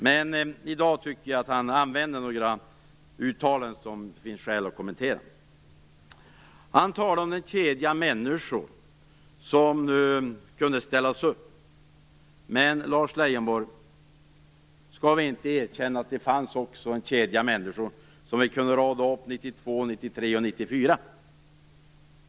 Men i dag tycker jag att han gör några uttalanden som det finns skäl att kommentera. Han talade om en kedja människor som kunde ställas upp. Men, Lars Leijonborg, skall vi inte erkänna att det också fanns en kedja människor som vi kunde rada upp år 1992, 1993 och 1994?